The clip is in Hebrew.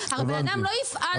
הבן אדם לא יפעל בניגוד --- הבנתי,